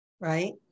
right